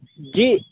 جی